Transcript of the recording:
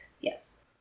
Yes